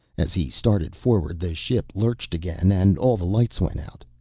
as he started forward the ship lurched again and all the lights went out.